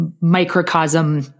microcosm